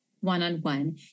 one-on-one